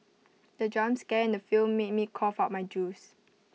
the jump scare in the film made me cough out my juice